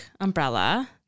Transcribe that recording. Umbrella